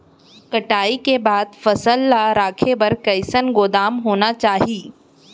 कटाई के बाद फसल ला रखे बर कईसन गोदाम होना चाही?